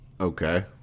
Okay